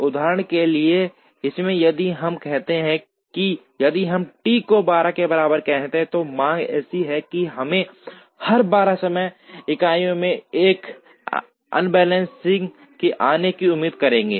उदाहरण के लिए इसमें यदि हम कहते हैं कि यदि हम T को 12 के बराबर कहते हैं तो मांग ऐसी है कि हम हर 12 समय इकाइयों में एक असेंबली के आने की उम्मीद करेंगे